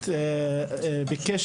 החינוך.